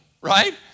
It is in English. right